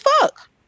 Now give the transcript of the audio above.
fuck